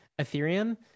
Ethereum